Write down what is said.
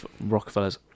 Rockefeller's